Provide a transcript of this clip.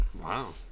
Wow